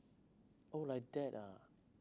oh like that ah